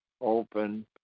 open